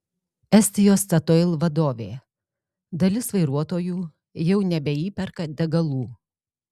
estijos statoil vadovė dalis vairuotojų jau nebeįperka degalų